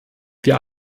wir